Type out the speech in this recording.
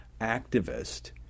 activist